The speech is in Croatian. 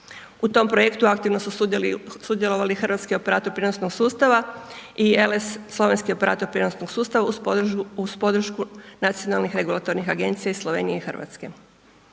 U tom projektu aktivno su sudjelovali hrvatski operatori prijenosnog sustava i LS slovenski operator prijenosnog sustava uz podršku nacionalnih regulatornih agencija iz Slovenije i Hrvatske.